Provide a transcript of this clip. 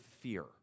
fear